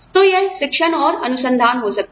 तो यह शिक्षण और अनुसंधान था हो सकता है